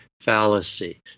fallacy